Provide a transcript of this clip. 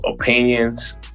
opinions